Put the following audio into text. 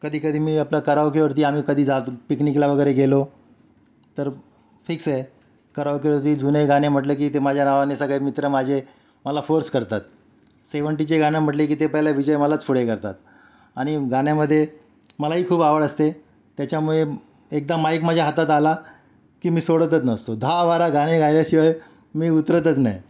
कधी कधी मी आपलं करावकीवरती आम्ही कधी जात पिकनिकला वगैरे गेलो तर फिक्स आहे करावकीवरती जुने गाणे म्हटलं की ते माझ्या रावाने सगळे मित्र माझे मला फोर्स करतात सेवंटीचे गाणे म्हटले की ते पहिले विजय मलाच पुढे करतात आणि गाण्यामध्ये मलाही खूप आवड असते त्याच्यामुळे एकदा माईक माझ्या हातात आला की मी सोडतच नसतो दहा बारा गाणे गायल्याशिवाय मी उतरतच नाही